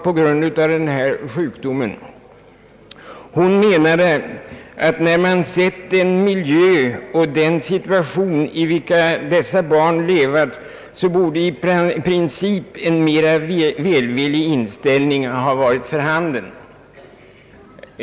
Madeleine Kats menade att när man sett den miljö och den situation vari dessa barn i ett u-land levt borde man i princip ha en mera välvillig inställning.